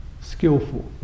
skillful